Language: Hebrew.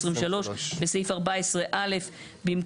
אוקיי, זה אחד אחד אחד אחד,